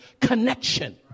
connection